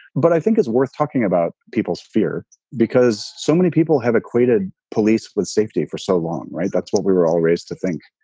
but i think it's worth talking about people's fear because so many people have equated police with safety for so long. right. that's what we were all raised to think.